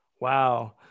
Wow